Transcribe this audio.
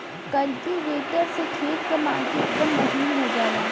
cultivator से खेत क माटी एकदम महीन हो जाला